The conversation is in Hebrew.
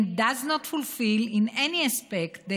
and does not fulfill in any aspect the